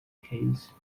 case